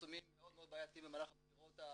פרסומים מאוד בעייתיים במהלך הבחירות המקומיות,